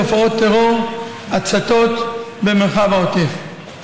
תופעות טרור והצתות במרחב העוטף.